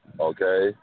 okay